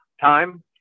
time